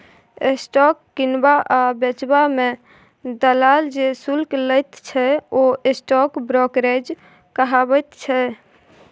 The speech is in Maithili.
स्टॉक किनबा आ बेचबा मे दलाल जे शुल्क लैत छै ओ स्टॉक ब्रोकरेज कहाबैत छै